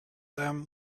them